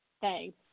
Thanks